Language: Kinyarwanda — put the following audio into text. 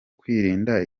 kwirinda